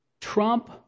Trump